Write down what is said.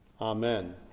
Amen